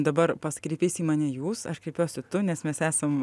dabar pats kreipeisi į mane jūs aš kreipiuosi tu nes mes esam